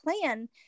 plan